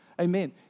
Amen